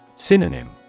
Synonym